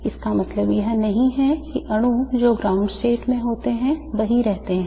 इसका मतलब यह नहीं है कि अणु जो ground state में होते हैं वहीं रहते हैं